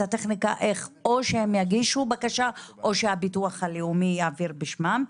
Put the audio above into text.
הטכניקה איך או שהם יגישו בקשה או שהביטוח הלאומי יעביר בשמם.